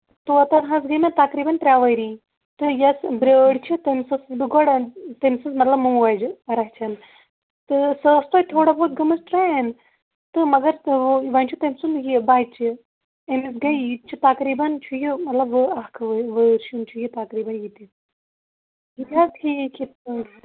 طوطن حظ گٔے مےٚ تَقریٖبَن ترٛےٚ ؤری تہٕ یۄس برٛٲر چھِ تٔمِس ٲسٕس بہٕ گۄڈَے تٔمۍ سِٕنٛز مطلب موج رَچھان تہٕ سۄ ٲسۍ توتہِ تھوڑا بہت گٲمژ ٹرٛین تہٕ مَگر تُل وۅنۍ چھُ تٔمۍ سُنٛد یہِ بَچہٕ أمِس گٔے یہِ چھُ تقریٖبَن چھُ یہِ مطلب اکھ وٲرشُن چھُ یہِ تقریٖبَن یہِ تہِ یہِ تہِ حظ ٹھیٖک